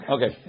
Okay